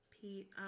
Pete